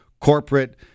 corporate